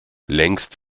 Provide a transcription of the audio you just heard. längst